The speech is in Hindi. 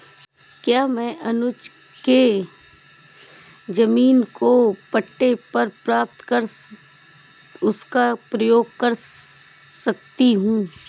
क्या मैं अनुज के जमीन को पट्टे पर प्राप्त कर उसका प्रयोग कर सकती हूं?